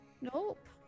Nope